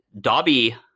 Dobby